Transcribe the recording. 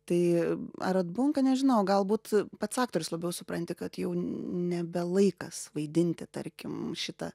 tai ar atbunka nežinau galbūt pats aktorius labiau supranti kad jau nebe laikas vaidinti tarkim šitą